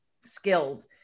skilled